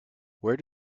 where